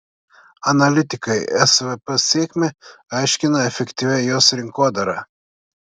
analitikai svp sėkmę aiškina efektyvia jos rinkodara